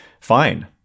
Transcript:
fine